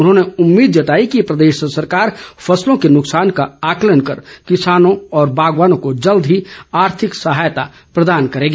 उन्होंने उम्मीद जताई कि प्रदेश सरकार फसलों के नुकसान का आकलन कर किसानों बागवानों को जल्द ही आर्थिक सहायता प्रदान करेगी